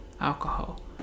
alcohol